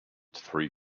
three